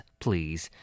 please